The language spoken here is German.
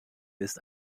ist